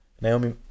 Naomi